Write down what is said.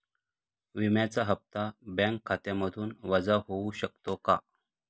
विम्याचा हप्ता बँक खात्यामधून वजा होऊ शकतो का?